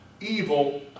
evil